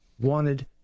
wanted